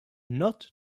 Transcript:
not